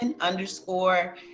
underscore